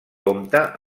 compta